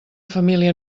família